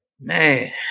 man